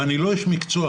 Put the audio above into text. ואני לא איש מקצוע,